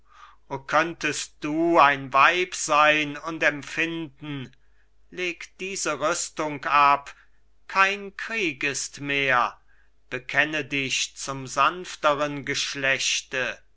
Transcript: könntest du ein weib sein und empfinden leg diese rüstung ab kein krieg ist mehr bekenne dich zum sanfteren geschlechte